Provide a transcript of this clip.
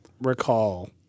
recall